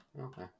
okay